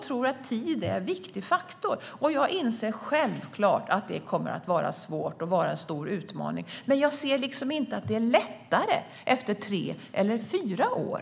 Tid är en viktig faktor. Jag inser självklart att det kommer att vara svårt och att det är en stor utmaning. Men jag ser inte att det är lättare efter tre eller fyra år.